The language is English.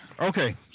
Okay